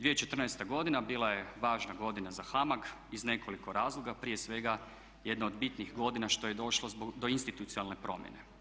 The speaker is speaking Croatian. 2014.godina bila je važna godina za HAMAG iz nekoliko razloga, prije svega jedna od bitnih godina što je došlo do institucionalne promjene.